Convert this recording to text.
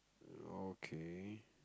okay